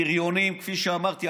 בריונים, כפי שאמרתי.